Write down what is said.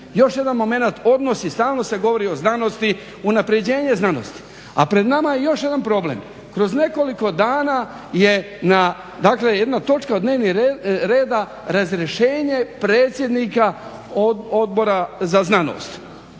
još jedan moment odnosi, stalno se govori o znanosti, unapređenje znanosti. A pred nama je još jedan problem. Kroz nekoliko dana je na, dakle jedna točka dnevnog reda razrješenje predsjednika odbora za znanost,